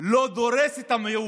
לא דורס את המיעוט,